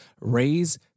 raise